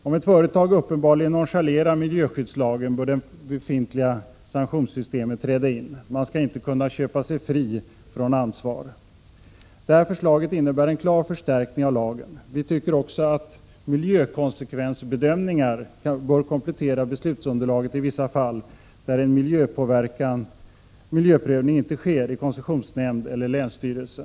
Om ett företag uppenbarligen nonchalerar miljöskyddslagen bör det befintliga sanktionssystemet träda in. Man skall inte kunna köpa sig fri från ansvar. 20 Det här förslaget innebär en klar förstärkning av lagen. Vi tycker också att I miljökonsekvensbedömningar bör komplettera beslutsunderlaget i vissa fall, där en miljöprövning inte sker i koncessionsnämnd eller länsstyrelse.